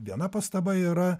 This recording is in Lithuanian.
viena pastaba yra